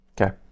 Okay